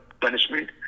punishment